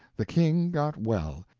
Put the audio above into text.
the king got well.